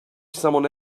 someone